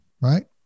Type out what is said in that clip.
right